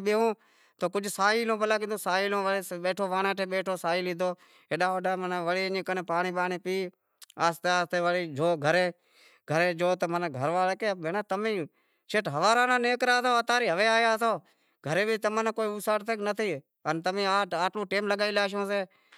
بھی پیئوں پسے ورے ساہی لوں پسے وری آہستے آہستے ہلوں چلو آہستے آہستے پانڑی بانڑی پیدہو ہوے تھوڑو وڑے کجھ سہارو پڑی گیو شے ہالی ہالی تھاک بھی لاگی شے پنڑ چلو ٹھیک سے ہوے آہستے آہستے دعوت تو لازمی ہالویں سے تو آہستے آہستے زیوکر بھئی